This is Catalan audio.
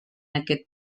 aquest